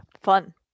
fun